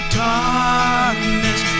darkness